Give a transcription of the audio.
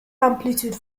amplitude